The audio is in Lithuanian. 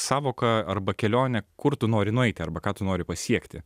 sąvoka arba kelionė kur tu nori nueiti arba ką tu nori pasiekti